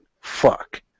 fuck